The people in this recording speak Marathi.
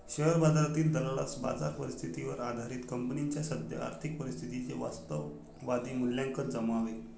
शेअर बाजारातील दलालास बाजार परिस्थितीवर आधारित कंपनीच्या सद्य आर्थिक परिस्थितीचे वास्तववादी मूल्यांकन जमावे